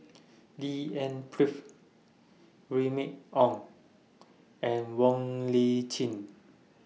D N Remy Ong and Wong Lip Chin